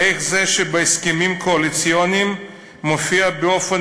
איך זה שבהסכמים הקואליציוניים מופיע באופן